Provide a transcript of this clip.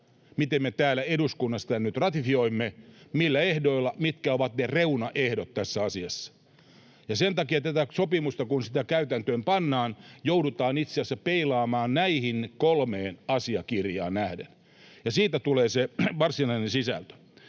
miten me täällä eduskunnassa tämän nyt ratifioimme, millä ehdoilla, mitkä ovat ne reunaehdot tässä asiassa. Sen takia, kun tätä sopimusta käytäntöön pannaan, joudutaan itse asiassa peilaamaan näihin kolmeen asiakirjaan nähden, ja siitä tulee se varsinainen sisältö.